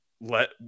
let